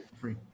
Free